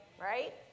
Right